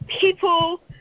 people